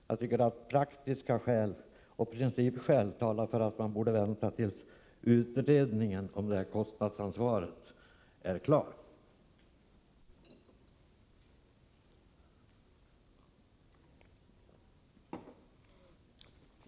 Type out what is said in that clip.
Jag tycker att praktiska skäl och principskäl talar för att man borde vänta tills utredningen om kostnadsansvaret är klar.